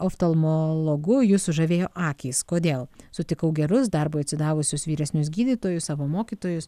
oftalmologu jus sužavėjo akys kodėl sutikau gerus darbui atsidavusius vyresnius gydytojus savo mokytojus